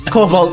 Cobalt